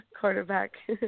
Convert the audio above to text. quarterback